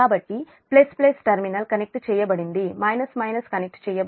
కాబట్టి "" terminal connect చేయబడింది minus minus connect చేయబడింది